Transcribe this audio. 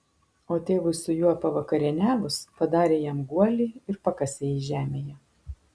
o tėvui su juo pavakarieniavus padarė jam guolį ir pakasė jį žemėje